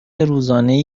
روزانهای